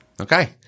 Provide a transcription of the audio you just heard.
Okay